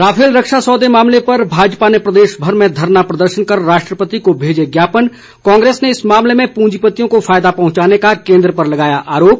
Rafale रक्षा सौदे मामले पर भाजपा ने प्रदेशभर में धरना प्रदर्शन कर राष्ट्रपति को भेजे ज्ञापन कांग्रेस ने इस मामले में प्रंजीपतियों को फायदा पहुंचाने का केन्द्र पर लगाया आरोप